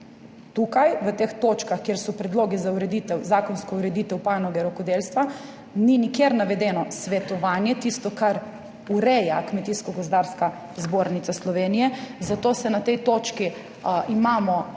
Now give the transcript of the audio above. Tukaj v teh točkah, kjer so predlogi za ureditev, zakonsko ureditev panoge rokodelstva ni nikjer navedeno svetovanje, tisto, kar ureja Kmetijsko gozdarska zbornica Slovenije, zato na tej točki imamo